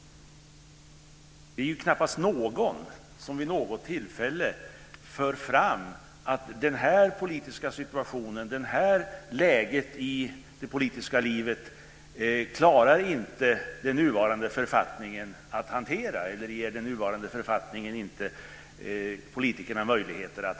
Det är knappast någon som vid något tillfälle för fram att den nuvarande författningen inte klarar att hantera, eller ger politikerna möjlighet att hantera, en viss politisk situation eller ett visst läge i det politiska livet.